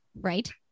Right